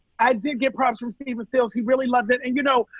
i did get props from stephen stills. he really loves it. and, you know,